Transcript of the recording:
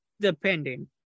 depending